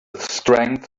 strength